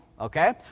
Okay